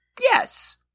Yes